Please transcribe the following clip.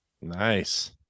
Nice